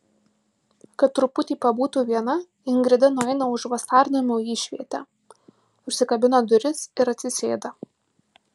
kad truputį pabūtų viena ingrida nueina už vasarnamio į išvietę užsikabina duris ir atsisėda